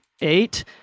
eight